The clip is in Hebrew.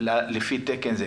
לפי תקן זה.